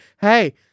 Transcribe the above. hey